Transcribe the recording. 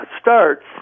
starts